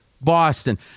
Boston